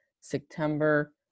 September